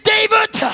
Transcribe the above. David